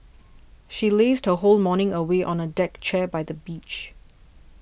she lazed her whole morning away on a deck chair by the beach